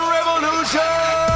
Revolution